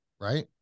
right